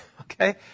Okay